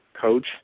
coach